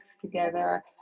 together